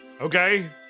okay